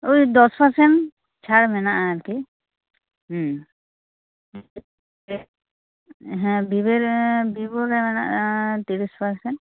ᱩᱭ ᱫᱚᱥ ᱯᱟᱨᱥᱮᱱ ᱪᱷᱟᱲ ᱢᱮᱱᱟᱜᱼᱟ ᱟᱨᱠᱤ ᱦᱮᱸ ᱵᱷᱤᱵᱳ ᱨᱮ ᱵᱷᱤᱵᱳ ᱨᱮ ᱢᱮᱱᱟᱜᱼᱟ ᱛᱤᱨᱤᱥ ᱯᱟᱨᱥᱮᱱᱴ